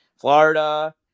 Florida